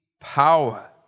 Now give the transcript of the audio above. power